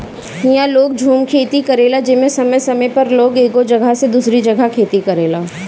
इहा लोग झूम खेती करेला जेमे समय समय पर लोग एगो जगह से दूसरी जगह खेती करेला